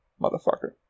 motherfucker